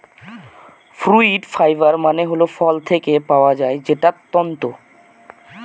fruit fibre মানে হল ফল থেকে পাওয়া যায় যে তন্তু